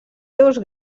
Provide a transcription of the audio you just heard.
déus